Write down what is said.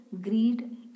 greed